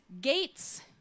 gates